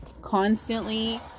constantly